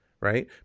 Right